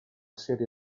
serie